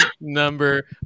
number